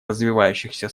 развивающихся